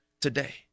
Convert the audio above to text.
today